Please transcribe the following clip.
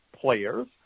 players